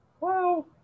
wow